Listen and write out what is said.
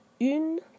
une